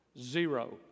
Zero